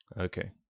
Okay